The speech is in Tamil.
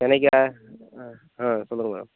சென்னைக்கா ஆ ஆ சொல்லுங்கள் மேடம்